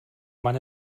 man